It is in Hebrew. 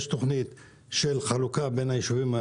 יש תוכנית של חלוקה בין היישובים.